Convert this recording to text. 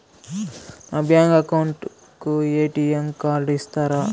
నా bank account కు ATM card ఇస్తారా